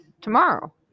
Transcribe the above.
tomorrow